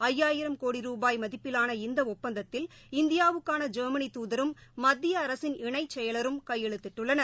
ஐயாயிரம் கோடி ரூபாய் மதிப்பிலாள இந்த ஒப்பந்தத்தில் இந்தியாவுக்காள ஜெர்மனி துதரும் மத்திய அரசின் இணைச் செயலர்களும் கையெழுத்திட்டுள்ளனர்